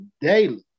daily